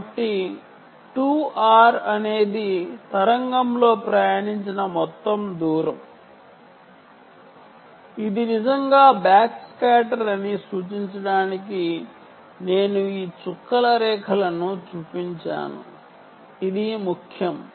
కాబట్టి 2 r అనేది తరంగం ప్రయాణించిన మొత్తం దూరం ఇది నిజంగా బ్యాక్ స్కాటర్ అని సూచించడానికి నేను ఈ చుక్కల రేఖను చూపించాను ఇది ముఖ్యం